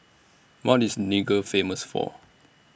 What IS Niger Famous For